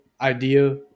idea